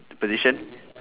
position